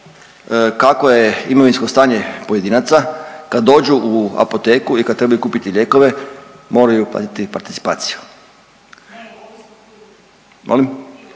kako je imovinsko stanje pojedinaca kad dođu u apoteku i kad trebaju kupiti lijekove moraju platiti participaciju.